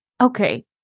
Okay